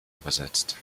übersetzt